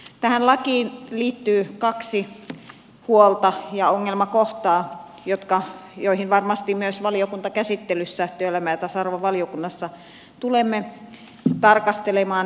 tähän lakiin liittyy kaksi huolta ja ongelmakohtaa joita varmasti myös valiokuntakäsittelyssä työelämä ja tasa arvovaliokunnassa tulemme tarkastelemaan